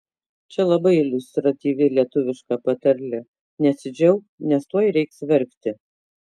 čia labai iliustratyvi lietuviška patarlė nesidžiauk nes tuoj reiks verkti